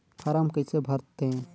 Form कइसे भरते?